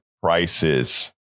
prices